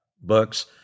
books